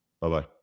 Bye-bye